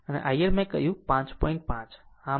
આમ Ir મેં કહ્યું 5